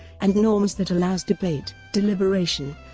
and norms that allows debate, deliberation,